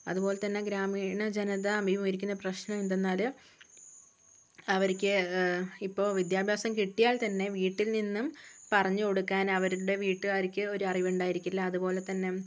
അതുപോലെതന്നെ ഗ്രാമീണ ജനത അഭിമുഖീകരിക്കുന്ന പ്രശ്നം എന്തെന്നാല് അവര്ക്ക് ഇപ്പോള് വിദ്യാഭ്യാസം കിട്ടിയാൽ തന്നെ വീട്ടിൽ നിന്നും പറഞ്ഞുകൊടുക്കാൻ അവരുടെ വീട്ടുക്കാര്ക്ക് ഒരറിവുമുണ്ടായിരിക്കില്ല അതുപോലെ തന്നെ